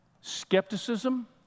Skepticism